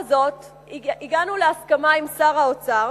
הגענו להסכמה עם שר האוצר